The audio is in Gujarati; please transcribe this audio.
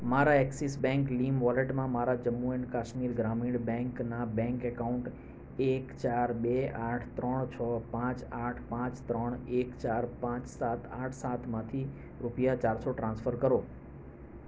મારા એક્સિસ બેંક લીમવોલેટમાં મારા જમ્મુ એન્ડ કાશ્મીર ગ્રામીણ બેંકના બેંક એકાઉન્ટ એક ચાર બે આઠ ત્રણ છ પાંચ આઠ પાંચ ત્રણ એક ચાર પાંચ સાત આઠ સાતમાંથી રૂપિયા ચારસો ટ્રાન્સફર કરો